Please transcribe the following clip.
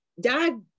dad